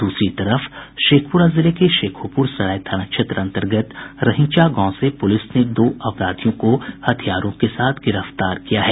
दूसरी तरफ शेखपुरा जिले के शेखोपुर सराय थाना क्षेत्र अंतर्गत रहिंचा गांव से पुलिस ने दो अपराधियों को हथियारों के साथ गिरफ्तार किया है